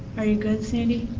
are you good, sandy?